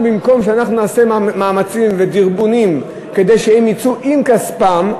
במקום שאנחנו נעשה מאמצים ונדרבן אותם כדי שהם יצאו עם כספם,